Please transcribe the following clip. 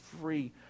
free